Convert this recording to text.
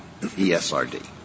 ESRD